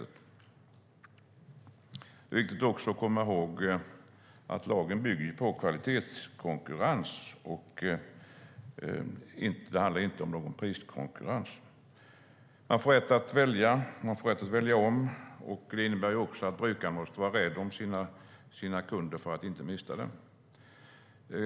Det är också viktigt att komma ihåg att lagen bygger på kvalitetskonkurrens. Det handlar inte om någon priskonkurrens. Man får rätt att välja, och man får rätt att välja om. Det innebär också att utförarna måste vara rädda om sina kunder för att inte mista dem.